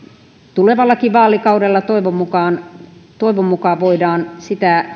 tulevallakin vaalikaudella toivon mukaan toivon mukaan voidaan sitä